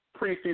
preseason